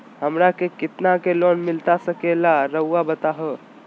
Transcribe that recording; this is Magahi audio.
हमरा के कितना के लोन मिलता सके ला रायुआ बताहो?